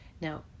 Now